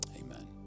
Amen